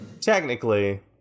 Technically